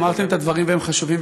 אמרתם את הדברים והם חשובים,